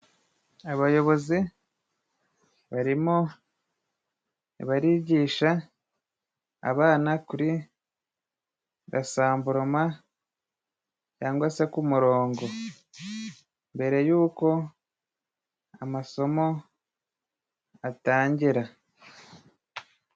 Abayobozi barimo barigisha abana kuri rasambuloma cyangwa se ku murongo mbere yuko amasomo atangira.